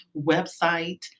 website